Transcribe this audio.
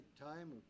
time